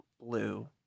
blue